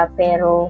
pero